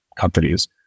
companies